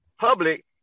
public